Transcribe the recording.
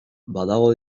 badago